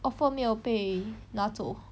offer 没有被拿走